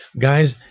guys